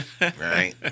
right